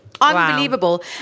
unbelievable